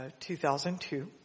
2002